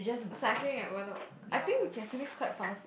cycling at bedok I think we can finish quite fast